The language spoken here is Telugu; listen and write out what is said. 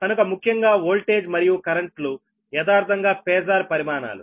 కనుక ముఖ్యంగా ఓల్టేజ్ మరియు కరెంట్ లు యదార్ధంగా పేజార్ పరిమాణాలు